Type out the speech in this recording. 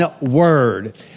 word